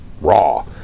Raw